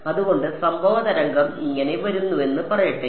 അതുകൊണ്ട് സംഭവ തരംഗം ഇങ്ങനെ വരുന്നുവെന്ന് പറയട്ടെ